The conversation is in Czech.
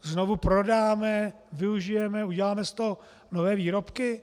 Znovu prodáme, využijeme, uděláme z toho nové výrobky?